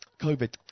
COVID